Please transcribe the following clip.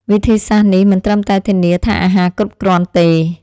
វិធីសាស្រ្តនេះមិនត្រឹមតែធានាថាអាហារគ្រប់គ្រាន់ទេ